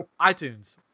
iTunes